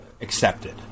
accepted